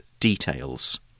Details